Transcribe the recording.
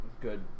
good